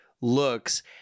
looks